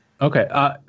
Okay